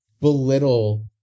belittle